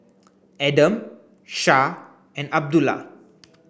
Adam Shah and Abdullah